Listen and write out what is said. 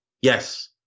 yes